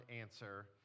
answer